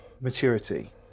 maturity